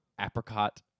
apricot